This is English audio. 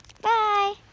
Bye